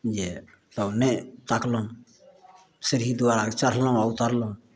जे तब नहि ताकलहुँ सीढ़ी द्वारा चढ़लहुँ आओर उतरलहुँ